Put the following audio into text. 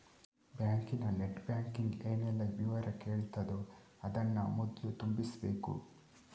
ಬ್ಯಾಂಕಿನ net banking ಏನೆಲ್ಲ ವಿವರ ಕೇಳ್ತದೋ ಅದನ್ನ ಮೊದ್ಲು ತುಂಬಿಸ್ಬೇಕು